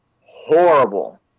horrible